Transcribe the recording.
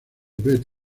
best